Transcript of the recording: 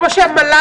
אז גם שם הם יוצגו,